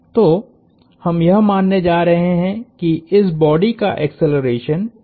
तो हम यह मानने जा रहे हैं कि इस बॉडी का एक्सेलरेशनहै